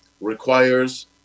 requires